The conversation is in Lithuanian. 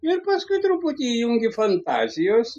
ir paskui truputį įjungiu fantazijos